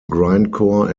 grindcore